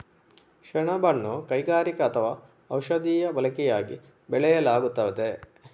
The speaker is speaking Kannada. ಸೆಣಬನ್ನು ಕೈಗಾರಿಕಾ ಅಥವಾ ಔಷಧೀಯ ಬಳಕೆಯಾಗಿ ಬೆಳೆಯಲಾಗುತ್ತದೆ